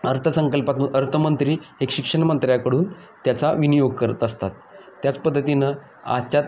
अर्थसंकल्पातून अर्थमंत्री एक शिक्षणमंत्र्याकडून त्याचा विनियोग करत असतात त्याच पद्धतीनं आजच्यात